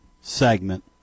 segment